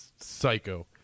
psycho